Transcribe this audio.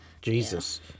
Jesus